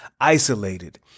isolated